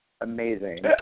Amazing